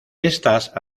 estas